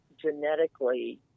genetically